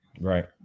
Right